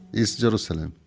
east jerusalem.